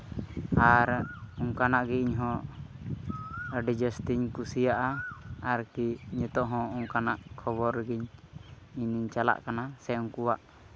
ᱟᱨ ᱚᱱᱠᱟᱱᱟᱜ ᱜᱮ ᱤᱧᱦᱚᱸ ᱟᱹᱰᱤ ᱡᱟᱹᱥᱛᱤᱧ ᱠᱩᱥᱤᱭᱟᱜᱼᱟ ᱟᱨᱠᱤ ᱱᱤᱛᱚᱜ ᱦᱚᱸ ᱚᱱᱠᱟᱱᱟᱜ ᱠᱷᱚᱵᱚᱨ ᱜᱮᱧ ᱤᱧ ᱤᱧ ᱪᱟᱞᱟᱜ ᱠᱟᱱᱟ ᱥᱮ ᱩᱱᱠᱩᱣᱟᱜ